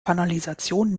kanalisation